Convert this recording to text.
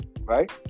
right